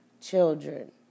children